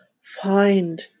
find